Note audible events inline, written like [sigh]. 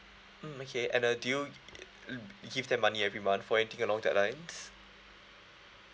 mm okay and uh do you [noise] give them money every month for anything along that lines